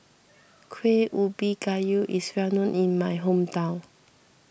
Kuih Ubi Kayu is well known in my hometown